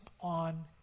on